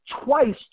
Twice